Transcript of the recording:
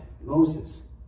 Moses